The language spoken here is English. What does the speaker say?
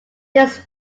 this